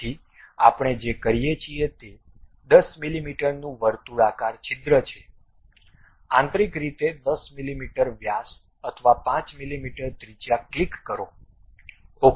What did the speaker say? તેથી આપણે જે કરીએ છીએ તે 10 મીમીનું વર્તુળાકાર છિદ્ર છે આંતરિક રીતે 10 મીમી વ્યાસ અથવા 5 મીમી ત્રિજ્યા ક્લિક કરો ok